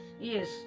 yes